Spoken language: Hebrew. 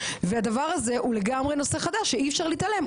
והדבר הזה הוא לגמרי נושא חדש שאי אפשר להתעלם,